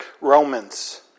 Romans